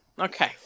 Okay